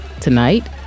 Tonight